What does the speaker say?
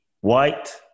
white